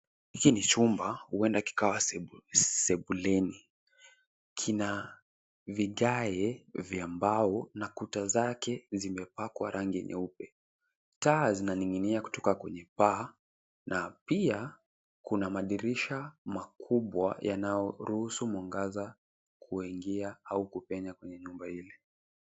Hiki ni chumba huenda kikawa sebuleni. Kina vigae vya mbao na kuta zake zimepakwa rangi nyeupe. Taa zinaning'inia kutoka kwenye paa na pia kuna madirisha makubwa yanayoruhusu mwangaza kuinigia au kupenya kwenye nyumba ile.